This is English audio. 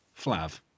Flav